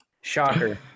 Shocker